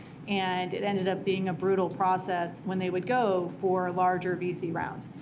and it ended up being a brutal process when they would go for larger vc rounds.